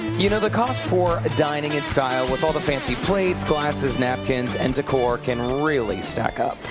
you know, the cost for dining in style with all the fancy plate, glasses, napkins, and decor can really stack up.